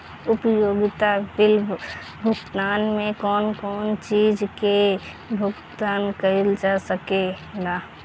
उपयोगिता बिल भुगतान में कौन कौन चीज के भुगतान कइल जा सके ला?